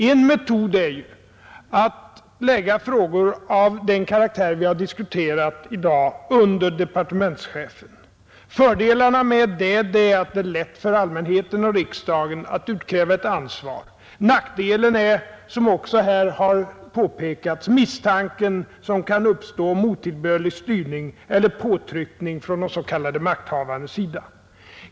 En metod är ju att lägga frågor av den karaktär vi diskuterat i dag under departementschefen. Fördelarna med den är att det blir lätt för allmänheten och riksdagen att utkräva ett ansvar. Nackdelen är, som också påpekats här, den misstanke som kan uppstå om otillbörlig styrning eller påtryckning från de s.k. makthavandes sida.